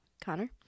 Connor